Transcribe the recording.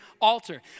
altar